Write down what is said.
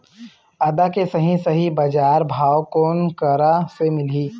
आदा के सही सही बजार भाव कोन करा से मिलही?